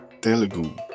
Telugu